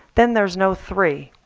then there's no three.